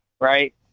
right